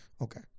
Okay